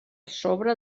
sobre